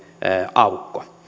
aukko